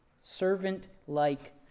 servant-like